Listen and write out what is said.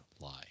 lie